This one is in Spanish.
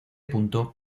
punto